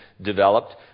developed